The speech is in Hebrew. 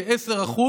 כ-10%,